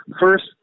First